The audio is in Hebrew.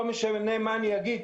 לא משנה מה אני אגיד.